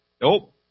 nope